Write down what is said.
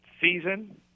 season